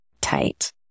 tight